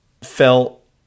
felt